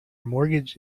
mortgage